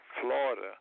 Florida